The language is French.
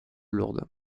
lourdes